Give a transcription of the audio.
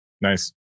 Nice